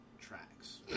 tracks